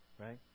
right